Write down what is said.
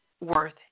worth